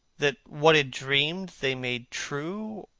that what it dreamed, they made true?